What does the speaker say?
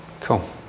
cool